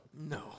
No